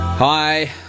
Hi